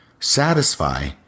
satisfy